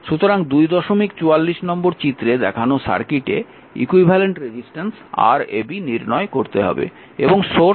সুতরাং 244 নম্বর চিত্রে দেখানো সার্কিটে ইকুইভ্যালেন্ট রেজিস্ট্যান্স Rab নির্ণয় করতে হবে